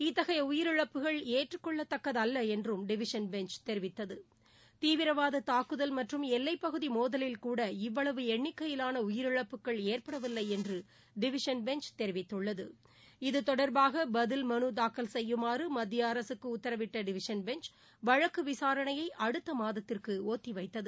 இத்தகைய உயிரிழப்புகள் ஏற்றுக்கொள்ளத்தக்க தல்ல என்றும் டிவிஷன் பெஞ்ச் தெரிவித்தது தீவிரவாத தாக்குதல் மற்றும் எல்வைப்பகுதி மோதலில்கூட இவ்வளவு எண்ணிக்கையிலான உயிரிழப்புகள் ஏற்படவில்லை என்று டவிஷன் பெஞ்ச் தெரிவித்தது இது தொடர்பாக பதில் மனு தாக்கல் செய்யுமாறு மத்திய அரசுக்கு உத்தரவிட்ட டிவிஷன் பெஞ்ச் வழக்கு விசாரணையை அடுத்த மாதத்திற்கு ஒத்திவைத்தது